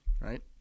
right